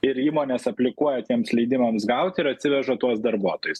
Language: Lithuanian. ir įmonės aplikuoja tiems leidimams gauti ir atsiveža tuos darbuotojus